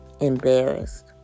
embarrassed